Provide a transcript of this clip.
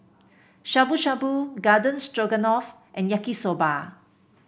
Shabu Shabu Garden Stroganoff and Yaki Soba